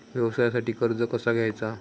व्यवसायासाठी कर्ज कसा घ्यायचा?